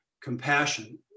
compassion